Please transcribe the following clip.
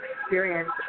experience